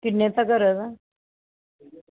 किन्ने तगर